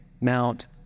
Mount